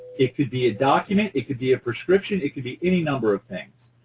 it could be a document. it could be a prescription. it could be any number of things.